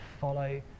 follow